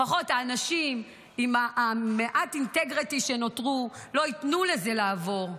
לפחות האנשים עם המעט אינטגריטי שנותרו לא ייתנו לזה לעבור.